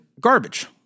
garbage